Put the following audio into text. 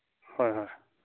ꯍꯣꯏ ꯍꯣꯏ